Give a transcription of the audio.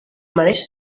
mereix